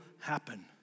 happen